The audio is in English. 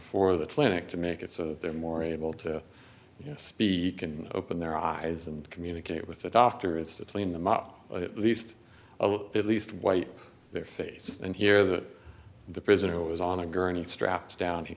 for the clinic to make it so that they're more able to speak and open their eyes and communicate with the doctor it's to clean them up at least at least why their faces and hear that the prisoner was on a gurney strapped down he